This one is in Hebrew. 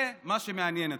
זה מה שמעניין אתכם.